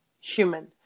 human